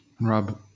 Rob